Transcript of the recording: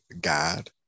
God